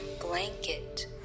blanket